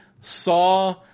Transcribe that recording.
saw